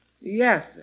Yes